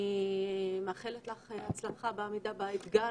אני מאחלת לך הצלחה ועמידה באתגר